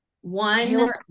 One